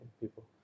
people